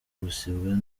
gusubizwa